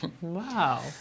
Wow